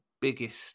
biggest